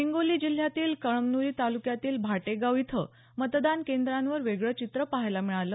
हिंगोली जिल्ह्यातील कळमनुरी तालुक्यातील भाटेगाव इथं मतदान केंद्रावर वेगळं चित्र पहायला मिळालं